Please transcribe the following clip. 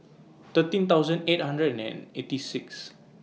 thirteen thousand eight hundred and eighty six